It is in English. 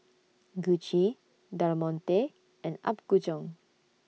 Gucci Del Monte and Apgujeong